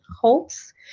hopes